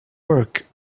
work